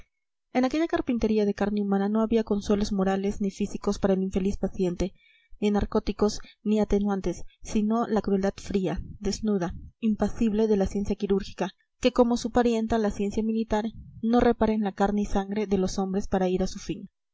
en aquella carpintería de carne humana no había consuelos morales ni físicos para el infeliz paciente ni narcóticos ni atenuantes sino la crueldad fría desnuda impasible de la ciencia quirúrgica que como su parienta la ciencia militar no repara en la carne y sangre de los hombres para ir a su fin